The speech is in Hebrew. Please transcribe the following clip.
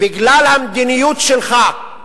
בגלל המדיניות שלך,